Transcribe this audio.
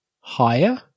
Higher